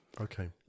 Okay